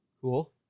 Cool